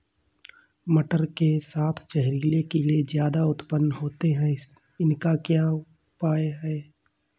मटर के साथ जहरीले कीड़े ज्यादा उत्पन्न होते हैं इनका उपाय क्या है?